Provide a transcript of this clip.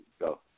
go